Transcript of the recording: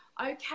okay